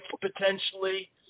potentially